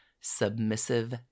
submissive